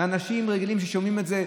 מאנשים רגילים ששומעים את זה,